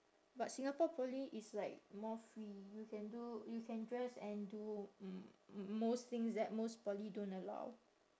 but singapore poly is like more free you can do you can dress and do m~ m~ most things that most poly don't allow